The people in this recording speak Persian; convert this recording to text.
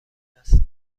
است